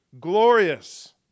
glorious